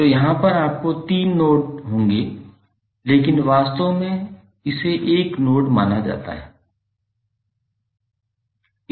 तो यहाँ पर आपको तीन नोड होंगे लेकिन वास्तव में इसे एक नोड माना जाता है